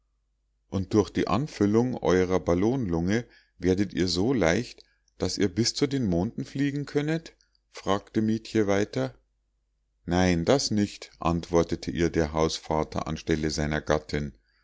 und durch die anfüllung euerer ballonlunge werdet ihr so leicht daß ihr bis zu den monden fliegen könnet fragte mietje weiter nein das nicht antwortete ihr der hausvater anstelle seiner gattin